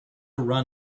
run